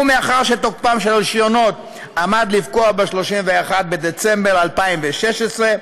ומאחר שתוקפם של הרישיונות עמד לפקוע ב-31 בדצמבר 2016,